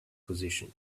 position